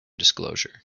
disclosure